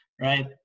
right